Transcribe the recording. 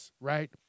right